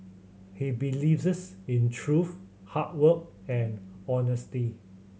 he believes in truth hard work and honesty